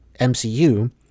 MCU